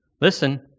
listen